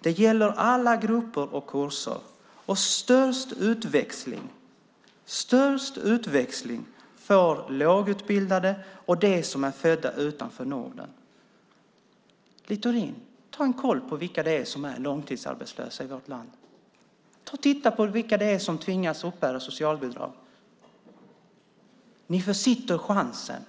Det gäller alla grupper och kurser, och störst utväxling får lågutbildade och de som är födda utanför Norden. Littorin, ta en koll på vilka det är som är långtidsarbetslösa i vårt land! Titta på vilka det är som tvingas uppbära socialbidrag! Ni försitter chansen,